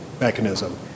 mechanism